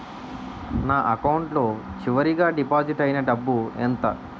నా అకౌంట్ లో చివరిగా డిపాజిట్ ఐనా డబ్బు ఎంత?